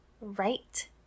Right